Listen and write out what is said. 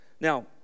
Now